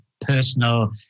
personal